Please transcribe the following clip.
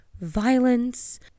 violence